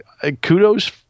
kudos